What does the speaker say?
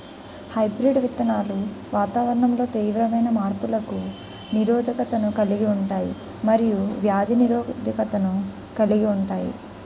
hybrid విత్తనాలు వాతావరణంలో తీవ్రమైన మార్పులకు నిరోధకతను కలిగి ఉంటాయి మరియు వ్యాధి నిరోధకతను కలిగి ఉంటాయి